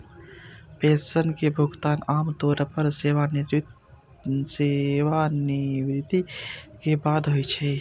pension के भुगतान आम तौर पर सेवानिवृत्ति के बाद होइ छै